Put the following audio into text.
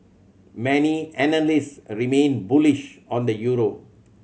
many analyst a remain bullish on the euro